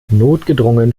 notgedrungen